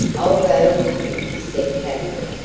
i'll go with you, said katherine,